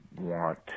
want